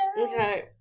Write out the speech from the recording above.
Okay